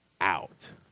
out